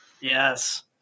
Yes